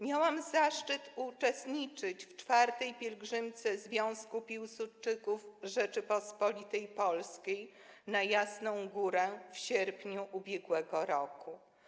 Miałam zaszczyt uczestniczyć w IV Pielgrzymce Związku Piłsudczyków Rzeczypospolitej Polskiej na Jasną Górę w sierpniu ub.r.